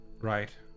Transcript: Right